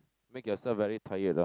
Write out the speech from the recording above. make yourself very tired lah